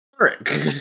Eric